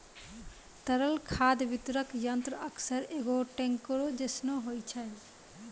तरल खाद वितरक यंत्र अक्सर एगो टेंकरो जैसनो होय छै